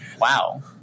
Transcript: Wow